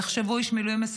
תחשבו על איש מילואים,